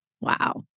Wow